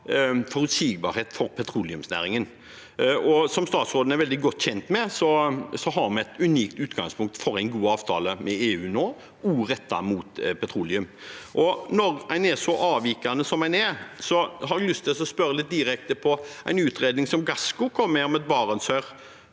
forutsigbarhet for petroleumsnæringen. Som statsråden er veldig godt kjent med, har vi et unikt utgangspunkt for en god avtale med EU nå, også rettet mot petroleum. Når en er så avvikende som en er, har jeg lyst å spørre litt direkte om en lønnsomhetsutredning som Gassco kom med om et «Barentsrør».